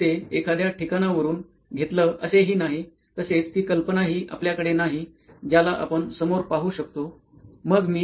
तुम्ही ते एखाद्या ठिकांनावरून घेतलं असे हि नाही तसेच ती कल्पना हि आपल्याकडे नाही ज्याला आपण समोर पाहू शकतो